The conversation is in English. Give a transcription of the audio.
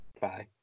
Bye